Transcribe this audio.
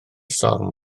storm